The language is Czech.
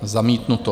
Zamítnuto.